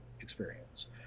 experience